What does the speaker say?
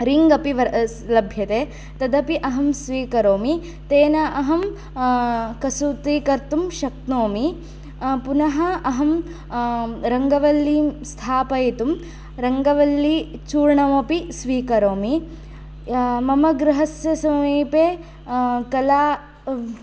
ring अपि लभ्य वर्तते तदपि अहं स्वीकरोमि तेन अहं कसूति कर्तुं शक्नोमि पुनः अहं रङ्गवल्लीं स्थापयितुं रङ्गवल्लीचूर्णमपि स्वीकरोमि मम गृहस्य समीपे कला